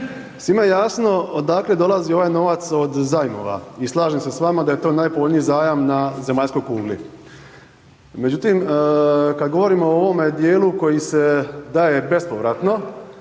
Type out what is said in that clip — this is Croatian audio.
Svima je jasno odakle dolazi ovaj novac od zajmova i slažem se s vama da je to najpovoljniji zajam na zemaljskoj kugli. Međutim, kad govorimo o ovome dijelu koji se daje bespovratno,